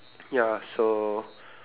ya so